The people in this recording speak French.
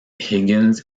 higgins